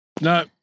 No